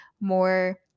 more